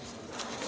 Hvala.